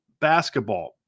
basketball